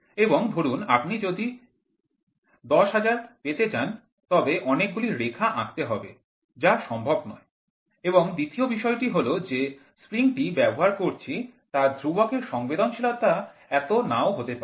এবং ধরুন আপনি যদি ১০০০০ পেতে চান তবে অনেকগুলি রেখা আঁকতে হবে যা সম্ভব নয় এবং দ্বিতীয় বিষয়টি হল যে স্প্রিং টি ব্যবহার করছি তার ধ্রুবকের সংবেদনশীলতা এতটা নাও থাকতে পারে